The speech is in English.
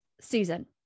Susan